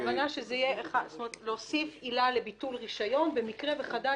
הכוונה היא להוסיף עילה לביטול רישיון במקרה וחדל